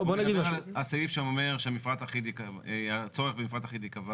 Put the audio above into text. הוא מדבר על הסעיף שאומר שהצורך במפרט אחיד ייקבע